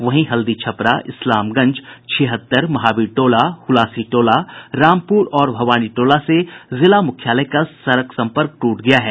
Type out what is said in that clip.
वहीं हल्दी छपरा इस्लामगंज छिहत्तर महावीर टोला हुलासी टोला रामपुर और भवानी टोला से जिला मुख्यालय का संपर्क टूट गया है